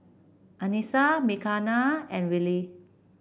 Anissa Mckenna and Wiley